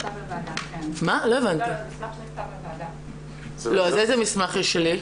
אז איזה מסמך יש שלי?